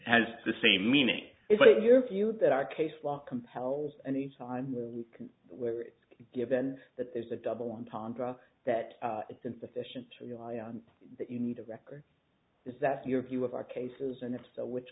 has the same meaning is it your view that our case law compels any time we were given that there's a double entendre that it's insufficient to you that you need to record is that your view of our cases and if so which